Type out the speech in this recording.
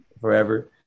forever